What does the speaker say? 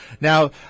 Now